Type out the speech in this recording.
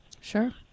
Sure